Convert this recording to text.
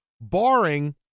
Barring